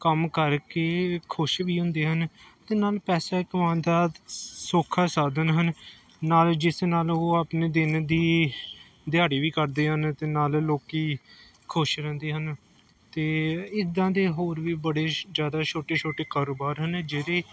ਕੰਮ ਕਰਕੇ ਖੁਸ਼ ਵੀ ਹੁੰਦੇ ਹਨ ਅਤੇ ਨਾਲ ਪੈਸਾ ਕਮਾਉਣ ਦਾ ਸੌਖਾ ਸਾਧਨ ਹਨ ਨਾਲ ਜਿਸ ਨਾਲ ਉਹ ਆਪਣੇ ਦਿਨ ਦੀ ਦਿਹਾੜੀ ਵੀ ਕਰਦੇ ਹਨ ਅਤੇ ਨਾਲ ਲੋਕ ਖੁਸ਼ ਰਹਿੰਦੇ ਹਨ ਅਤੇ ਇੱਦਾਂ ਦੇ ਹੋਰ ਵੀ ਬੜੇ ਜ਼ਿਆਦਾ ਛੋਟੇ ਛੋਟੇ ਕਾਰੋਬਾਰ ਨੇ ਜਿਹੜੇ